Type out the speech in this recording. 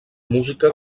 música